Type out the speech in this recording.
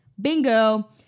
Bingo